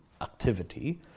activity